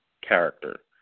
character